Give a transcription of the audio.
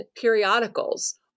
periodicals